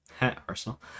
arsenal